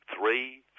three